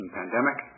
pandemic